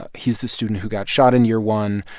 ah he's the student who got shot in year one.